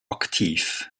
aktiv